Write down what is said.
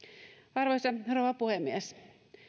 arvoisa rouva puhemies